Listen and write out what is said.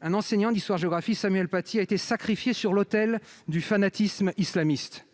un enseignant d'histoire-géographie, Samuel Paty, a été sacrifié sur l'autel du fanatisme islamiste,